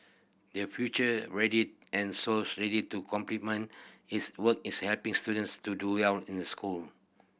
there future ready and souls ready to complement its work is helping students to do well in the school